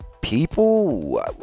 people